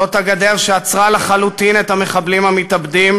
זאת הגדר שעצרה לחלוטין את המחבלים המתאבדים.